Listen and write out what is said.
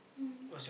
mmhmm